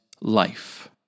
life